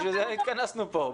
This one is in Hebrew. בשביל זה התכנסנו פה.